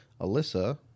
Alyssa